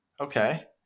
Okay